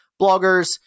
bloggers